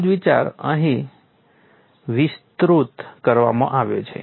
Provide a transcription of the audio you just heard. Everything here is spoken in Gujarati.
આવો જ વિચાર અહીં પણ વિસ્તૃત કરવામાં આવ્યો છે